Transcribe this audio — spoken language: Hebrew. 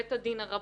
בית הדין הרבני,